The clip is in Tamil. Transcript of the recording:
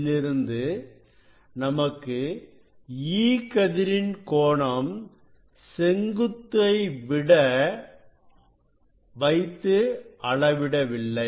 இதிலிருந்து நமக்கு E கதிரின் கோணம் செங்குத்துத்தை வைத்து அளவிட வில்லை